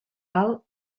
alt